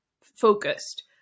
focused